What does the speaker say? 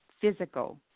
physical